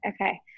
Okay